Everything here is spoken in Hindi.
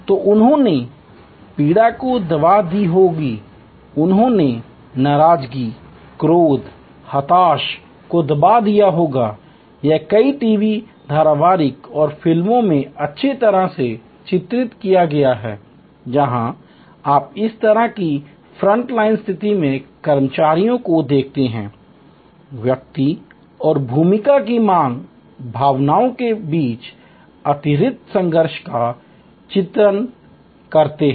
तो उन्होंने पीड़ा को दबा दिया होगा उन्होंने नाराजगी क्रोध हताशा को दबा दिया होगा यह कई टीवी धारावाहिकों और फिल्मों में अच्छी तरह से चित्रित किया गया है जहां आप इस तरह की फ्रंट लाइन स्थिति में कर्मचारियों को देखते हैं व्यक्ति और भूमिका की मांग भावनाओं के बीच आंतरिक संघर्ष का चित्रण करते हैं